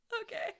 Okay